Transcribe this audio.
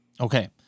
Okay